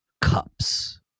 cups